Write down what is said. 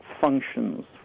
functions